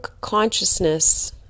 consciousness